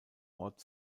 ort